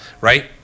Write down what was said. Right